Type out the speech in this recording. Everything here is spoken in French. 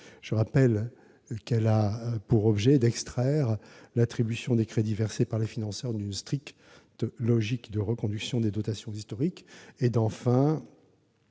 le rappelle, d'extraire l'attribution des crédits versés par le financeur d'une stricte logique de reconduction des dotations historiques et d'enfin